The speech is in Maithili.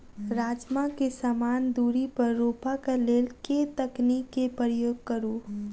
राजमा केँ समान दूरी पर रोपा केँ लेल केँ तकनीक केँ प्रयोग करू?